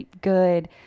good